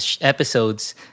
episodes